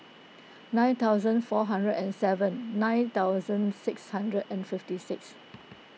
nine thousand four hundred and seven nine thousand six hundred and fifty six